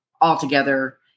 altogether